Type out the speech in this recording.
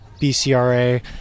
BCRA